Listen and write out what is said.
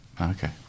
Okay